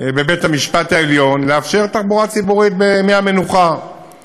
עתירה בבית-המשפט העליון לאפשר תחבורה ציבורית בימי המנוחה